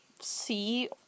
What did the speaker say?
see